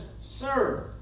sir